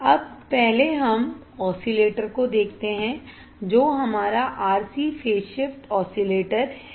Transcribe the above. अब पहले ऑसिलेटर् को देखते हैं जो हमारा RC फेज शिफ्ट ऑसिलेटर् है